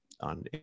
on